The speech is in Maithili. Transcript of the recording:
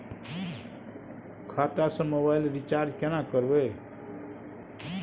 खाता स मोबाइल रिचार्ज केना करबे?